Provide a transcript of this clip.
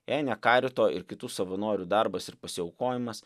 jei ne karito ir kitų savanorių darbas ir pasiaukojimas